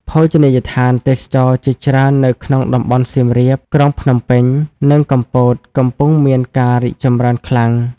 ភោជនីយដ្ឋានទេសចរណ៍ជាច្រើននៅក្នុងតំបន់សៀមរាប ក្រុងភ្នំពេញ និង កំពតកំពុងមានការរីកចម្រើនខ្លាំង។